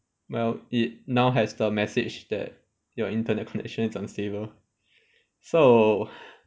well it now has the message that your internet connection is unstable so